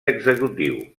executiu